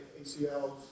ACLs